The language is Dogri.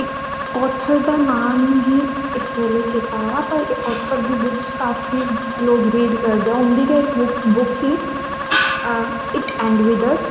इक आथर दा नांऽ निं मिगी इस बेल्लै चेत्तै आ दा पर इक ऑथर दी बुक्स काफी लोग रीड करदे ऐ उं'दा गै इक बुक ही इट ऐंड बिद अस